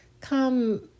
come